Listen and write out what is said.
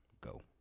go